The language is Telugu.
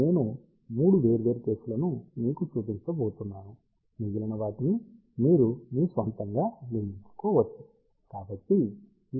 నేను 3 వేర్వేరు కేసులను మీకు చూపించబోతున్నాను మిగిలిన వాటిని మీరు మీ స్వంతంగా నిర్మించకోవచ్చు